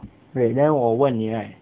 对 then 我问你 right